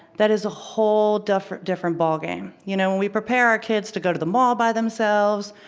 that is a whole different different ball game. you know when we prepare our kids to go to the mall by themselves,